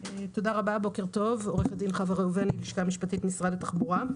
בוקר טוב, אני מהלשכה המשפטית, משרד התחבורה.